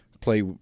play